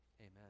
Amen